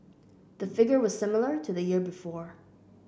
the figure was similar to the year before